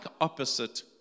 opposite